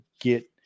get